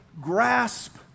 grasp